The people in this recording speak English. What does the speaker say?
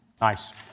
Nice